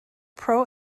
pro